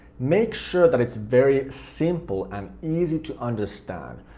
make sure that it's very simple and easy to understand,